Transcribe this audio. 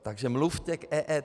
Takže mluvte k EET.